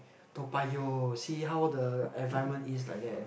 Toa-Payoh see how the environment is like that